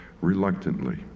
Reluctantly